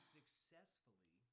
successfully